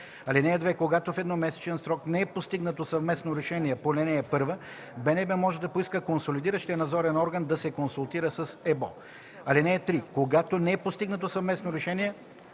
холдинга. (2) Когато в едномесечен срок не е постигнато съвместно решение по ал. 1, БНБ може да поиска консолидиращият надзорен орган да се консултира с ЕБО. (3) Когато не бъде постигнато съвместно решение,